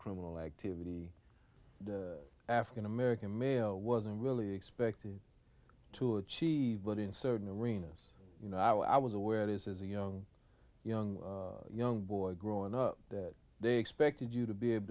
criminal activity african american male wasn't really expected to achieve but in certain of arenas you know i was aware is as a young young young boy growing up that they expected you to be able